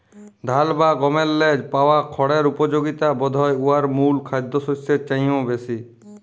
ধাল বা গমেল্লে পাওয়া খড়ের উপযগিতা বধহয় উয়ার মূল খাদ্যশস্যের চাঁয়েও বেশি